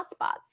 hotspots